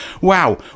wow